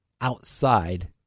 outside